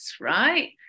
right